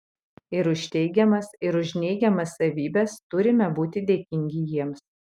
ir už teigiamas ir už neigiamas savybes turime būti dėkingi jiems